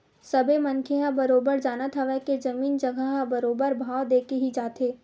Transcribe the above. सबे मनखे ह बरोबर जानत हवय के जमीन जघा ह बरोबर भाव देके ही जाथे